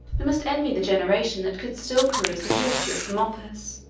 we must envy the generation that could still peruse the history of theopompus,